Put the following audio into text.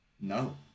no